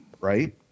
Right